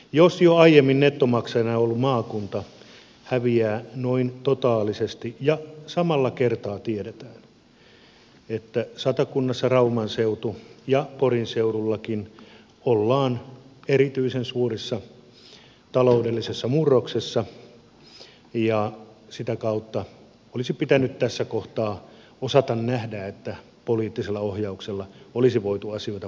jos jo aiemmin nettomaksajana ollut maakunta häviää noin totaalisesti ja samalla kertaa tiedetään että satakunnassa rauman seudulla ja porin seudullakin ollaan erityisen suuressa taloudellisessa murroksessa niin sitä kautta olisi pitänyt tässä kohtaa osata nähdä että poliittisella ohjauksella olisi voitu asioita paremmin hoitaa